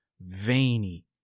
veiny